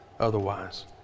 otherwise